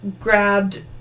grabbed